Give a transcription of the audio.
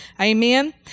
Amen